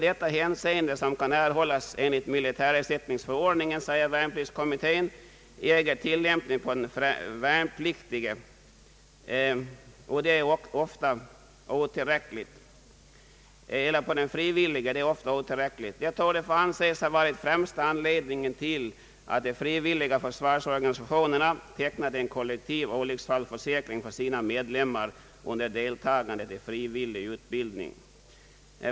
Det skydd som kan erhållas enligt militärersättningsförordningen, säger värnpliktskommittén, äger tillämpning på den frivillige men är ofta otillräckligt. Det torde få anses ha varit främsta anledningen till att flera av de frivilliga försvarsorganisationerna tecknat en kollektiv olycksfallsförsäkring för sina medlemmar under deltagande i frivillig utbildning.